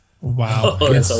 Wow